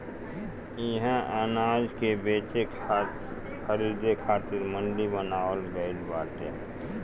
इहा अनाज के बेचे खरीदे खातिर मंडी बनावल गइल बाटे